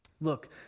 Look